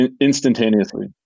instantaneously